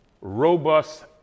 robust